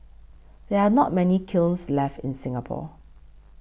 there are not many kilns left in Singapore